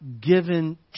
given